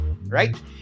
Right